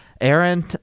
Aaron